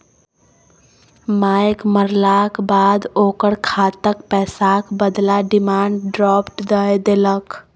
मायक मरलाक बाद ओकर खातक पैसाक बदला डिमांड ड्राफट दए देलकै